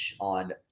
on